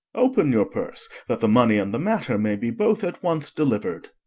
open your purse, that the money and the matter may be both at once delivered.